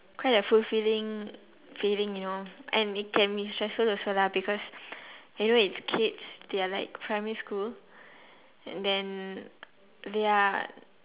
quite a fulfilling feeling you know and it can be stressful also lah because you know it's kids they are like primary school and then they are